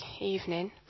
evening